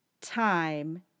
time